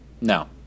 No